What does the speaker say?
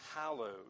hallowed